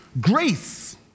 Grace